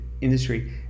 industry